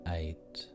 eight